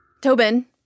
Tobin